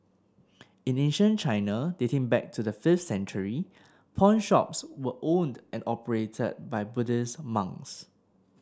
in ancient China dating back to the fifth century pawnshops were owned and operated by Buddhist monks